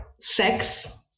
sex